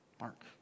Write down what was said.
Mark